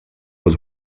was